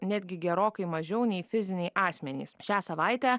netgi gerokai mažiau nei fiziniai asmenys šią savaitę